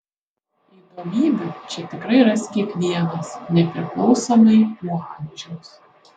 įdomybių čia tikrai ras kiekvienas nepriklausomai nuo amžiaus